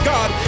God